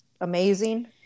amazing